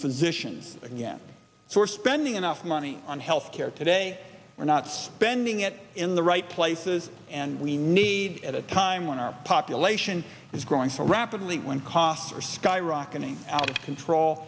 physicians again so we're spending enough money on health care today we're not spending it in the right places and we need at a time when our population is growing so rapidly when costs are skyrocketing out of control